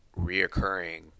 reoccurring